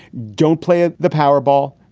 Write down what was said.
don't play ah the powerball.